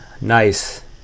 Nice